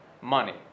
Money